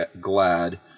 glad